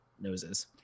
noses